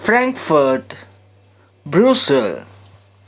Frankfurt Brussels